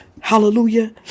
hallelujah